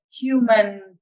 human